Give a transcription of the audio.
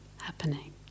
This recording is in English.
happening